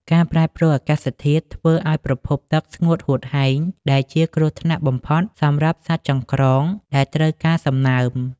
ការប្រែប្រួលអាកាសធាតុធ្វើឱ្យប្រភពទឹកស្ងួតហួតហែង ដែលជាគ្រោះថ្នាក់បំផុតសម្រាប់សត្វចង្រ្កងដែលត្រូវការសំណើម។